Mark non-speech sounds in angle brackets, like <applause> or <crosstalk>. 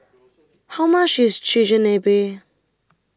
<noise> How much IS Chigenabe